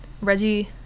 Reggie